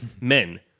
Men